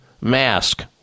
mask